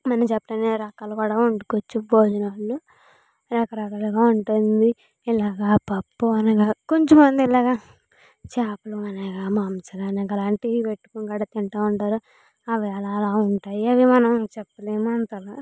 మనం తినే రకాలు కూడా వండుకోవచ్చు భోజనంలో రకరకాలుగా ఉంటుంది అనగా పప్పు అనగా కొంచెం మంది అలాగా చేపల అనగా మాంసం అనగా అలాంటివి వండుకొని తింటా ఉంటారు అవి అలా అలా ఉంటాయి అవి మనం చెప్పలేము అంతగా